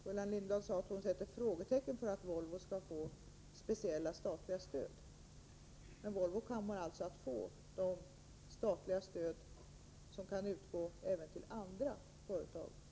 Gullan Lindblad sade att hon sätter frågetecken för att Volvo skall få speciella statliga stöd. Men Volvo kommer alltså att få bara det statliga stöd som kan utgå även till andra företag.